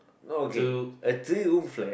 no okay a three room flat